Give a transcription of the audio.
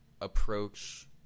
approach